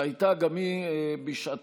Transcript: שהייתה גם היא בשעתו